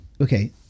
Okay